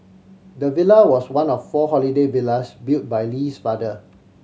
the villa was one of four holiday villas built by Lee's father